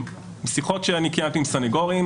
משיחות שאני קיימתי עם סניגורים,